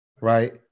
right